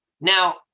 Now